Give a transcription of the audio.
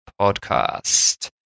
podcast